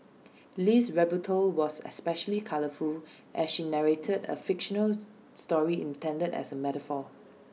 Lee's rebuttal was especially colourful as she narrated A fictional story intended as A metaphor